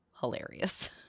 hilarious